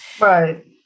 Right